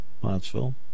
Pottsville